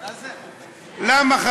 למה,